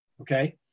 okay